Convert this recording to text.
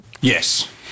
Yes